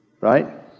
Right